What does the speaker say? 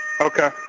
Okay